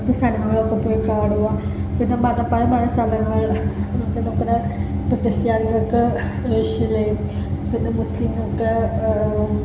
അവിടുത്തെ സ്ഥലങ്ങളൊക്കെ പോയി കാണുക പിന്നെ മതപരമായ സ്ഥലങ്ങൾ നമുക്ക് അതേപോലെ ഇപ്പം ക്രിസ്ത്യാനികൾക്ക് യേശുവിനെയും പിന്നെ മുസ്ലിങ്ങൾക്ക്